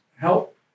help